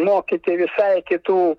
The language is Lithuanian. mokyti visai kitų